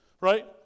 Right